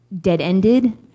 dead-ended